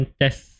test